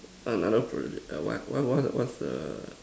another project err what what what what's the